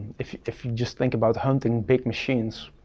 if if you just think about hunting big machines,